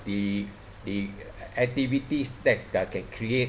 the the activities that ah can create